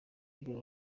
kugira